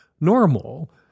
normal